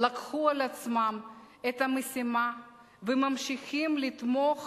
לקחו על עצמם את המשימה וממשיכים לתמוך